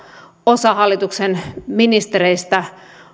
osa hallituksen ministereistä